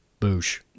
Boosh